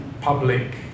public